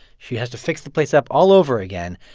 she has to fix the place up all over again.